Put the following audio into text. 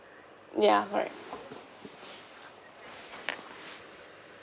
ya correct